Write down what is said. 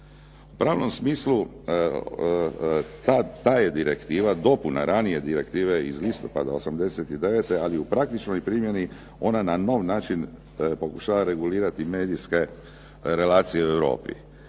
U pravnom smislu ta je direktiva dopune ranije direktive iz listopada '89., ali u praktičnoj primjeni ona na nov način pokušava regulirati medijske relacije u Europi.